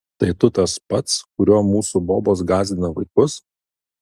tai tu tas pats kuriuo mūsų bobos gąsdina vaikus